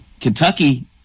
Kentucky